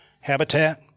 habitat